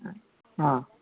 आं